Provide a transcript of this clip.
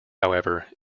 however